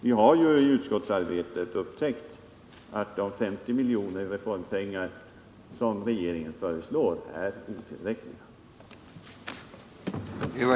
Vi har i utskottsarbetet kommit fram till att de 50 miljoner i reformpengar som regeringen föreslår är otillräckliga.